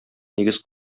нигез